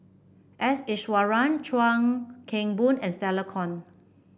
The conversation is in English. S Iswaran Chuan Keng Boon and Stella Kon